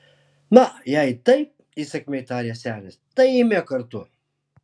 na jei taip įsakmiai tarė senis tai eime kartu